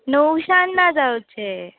णवश्यान ना जावचें